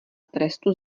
trestu